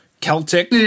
Celtic